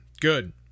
good